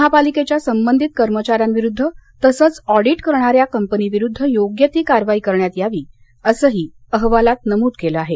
महापालिकेच्या संबधित कर्मचाऱ्यांच्या विरुद्ध तसेच ऑडीट करणाऱ्या कंपनीविरुद्ध योग्य ती कारवाई करण्यात यावी असंही अहवालात नमूद केलं आहे